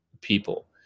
people